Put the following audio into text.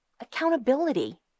Accountability